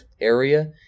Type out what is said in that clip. area